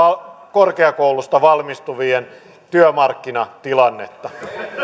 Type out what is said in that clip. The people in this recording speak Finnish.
korkeakoulusta valmistuvien työmarkkinatilannetta